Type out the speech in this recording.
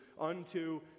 unto